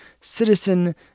citizen